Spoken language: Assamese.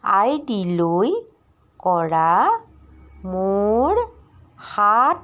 আইডিলৈ কৰা মোৰ